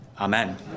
Amen